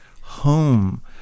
home